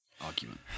argument